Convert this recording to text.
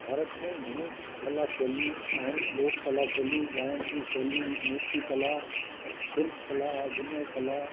भारत में घणे कला शेलियूं आहिनि लोक कला शेली ॻाइण जी शेली मूर्ति कला शिल्प कला अभिनय कला